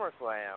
SummerSlam